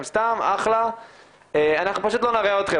אנחנו פשוט לא נראה אתכם,